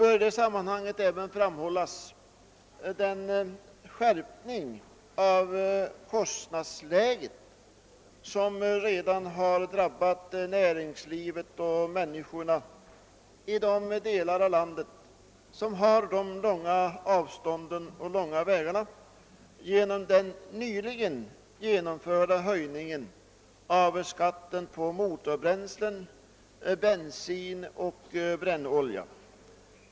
I detta sammanhang bör även framhållas att det redan skett en skärpning av kostnadsläget, som drabbat näringslivet och människorna i de delar av landet som har långa avstånd, genom den nyligen genomförda höjningen av skatten på motorbränslen, bensin och brännolja.